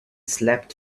slept